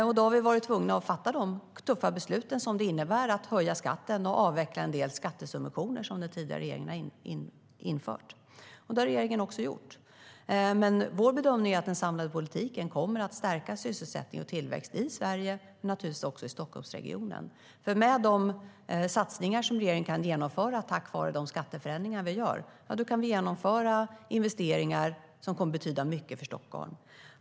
Därför har vi varit tvungna att fatta tuffa beslut om att höja skatten och avveckla en del skattesubventioner som den tidigare regeringen infört. Vår bedömning är att den samlade politiken kommer att stärka sysselsättning och tillväxt i Sverige, naturligtvis också i Stockholmsregionen. Med de satsningar som regeringen kan göra tack vare skatteförändringarna kan vi genomföra investeringar som kommer att betyda mycket för Stockholm.